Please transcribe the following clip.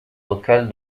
locale